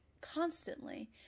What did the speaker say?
constantly